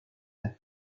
like